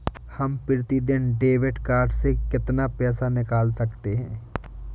हम प्रतिदिन debit card से कितना पैसा निकाल सकते हैं?